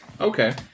okay